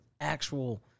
actual